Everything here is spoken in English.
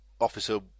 officer